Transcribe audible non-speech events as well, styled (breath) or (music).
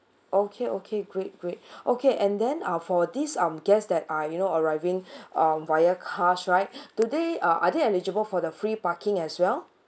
okay okay great great (breath) okay and then uh for this um guest that are you know arriving (breath) um via cars right (breath) do they uh are they eligible for the free parking as well